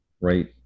right